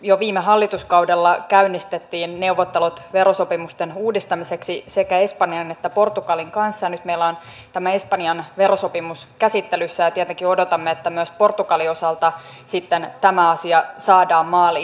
jo viime hallituskaudella käynnistettiin neuvottelut verosopimusten uudistamiseksi sekä espanjan että portugalin kanssa ja nyt meillä on tämä espanjan verosopimus käsittelyssä ja tietenkin odotamme että myös portugalin osalta sitten tämä asia saadaan maaliin